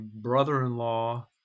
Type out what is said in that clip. brother-in-law